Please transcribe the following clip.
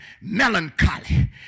melancholy